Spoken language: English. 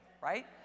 right